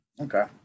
Okay